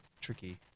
tricky